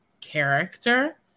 character